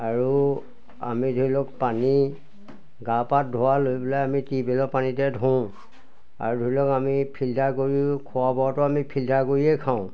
আৰু আমি ধৰি লওক পানী গা পা ধোৱালৈ পেলাই আমি টিউৱ বেলৰ পানীতে ধোওঁ আৰু ধৰি লওক আমি ফিল্টাৰ কৰিও খোৱা বোৱাতো আমি ফিল্টাৰ কৰিয়ে খাওঁ